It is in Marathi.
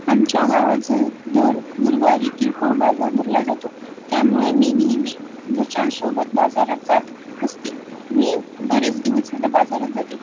आमच्या गावाात ज दर गुरुवारी किरकोळ बाजार भरला जातो त्यामुळे मी नेहमी घरच्यांसोबत बाजारात जात असते मी बरेच दिवस झालं बाजारात जाते